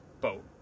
boat